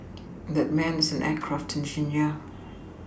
that man is an aircraft engineer